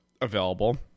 available